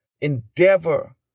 endeavor